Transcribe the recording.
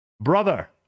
brother